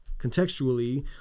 contextually